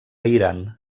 iran